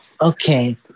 Okay